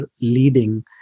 leading